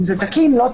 אם זה תקין או לא,